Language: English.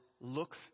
look